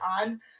on